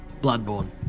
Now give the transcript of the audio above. Bloodborne